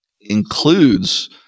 includes